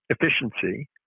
efficiency